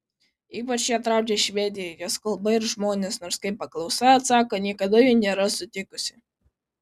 ypač ją traukia švedija jos kalba ir žmonės nors kaip paklausta atsako niekada jų nėra sutikusi